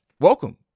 Welcome